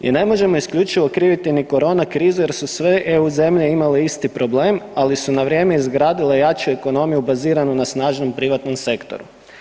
I ne možemo isključivo kriviti ni korona krizu jer su sve EU zemlje imale isti problem, ali su na vrijeme izgradile jaču ekonomiju baziranu na snažnom privatnom sektoru.